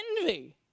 envy